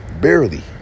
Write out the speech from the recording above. Barely